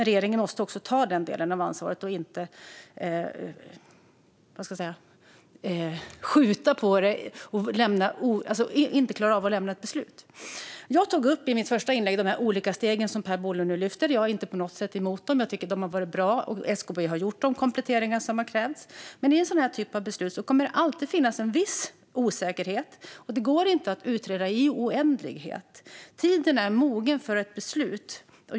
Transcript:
Regeringen måste dock verkligen ta sin del av ansvaret och inte skjuta på detta för att den inte klarar av att ta ett beslut. I mitt första inlägg tog jag upp de olika steg som Per Bolund nu lyfter. Jag är inte på något sätt emot dem, utan jag tycker att de har varit bra. SKB har också gjort de kompletteringar som krävs. Men i den här typen av beslut kommer det alltid att finnas viss osäkerhet, och det går inte att utreda i oändlighet. Tiden är mogen för beslut.